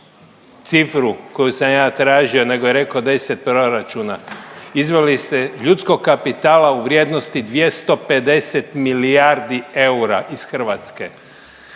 cifru koju sam ja tražio nego je rekao deset proračuna. Izvezli ste ljudskog kapitala u vrijednosti 250 milijardi eura iz Hrvatske.